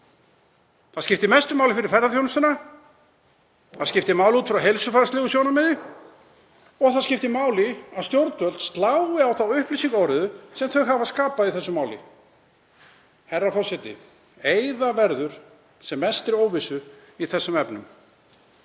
Það skiptir mestu máli fyrir ferðaþjónustuna. Það skiptir máli út frá heilsufarslegu sjónarmiði og það skiptir máli að stjórnvöld slái á þá upplýsingaóreiðu sem þau hafa skapað í þessu máli. Herra forseti. Eyða verður sem mestri óvissu í þessum efnum.